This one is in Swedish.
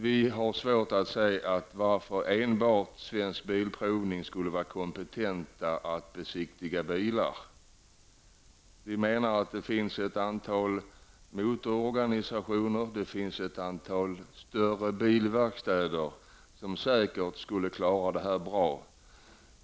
Vi har svårt att se varför enbart Svensk Bilprovning skulle vara kompetent att besiktiga bilar. Det finns ett antal motororganisationer och ett antal större bilverkstäder som säkert skulle kunna klara det bra.